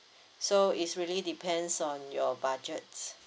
so is really depends on your budget